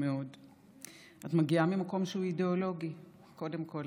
קודם כול